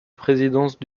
présidence